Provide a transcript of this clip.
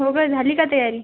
हो गं झाली का तयारी